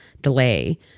delay